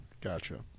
Gotcha